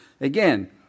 again